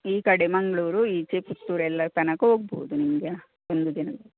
ಈ ಕಡೆ ಮಂಗಳೂರು ಈಚೆ ಪುತ್ತೂರು ಎಲ್ಲ ತನಕ ಹೋಗ್ಬೋದು ನಿಮಗೆ ಒಂದು ದಿನ